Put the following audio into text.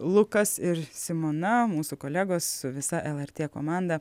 lukas ir simona mūsų kolegos su visa lrt komanda